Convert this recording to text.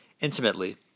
intimately